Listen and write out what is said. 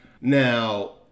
Now